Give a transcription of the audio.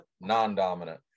non-dominant